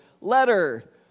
letter